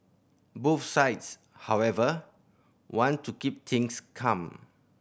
both sides however want to keep things calm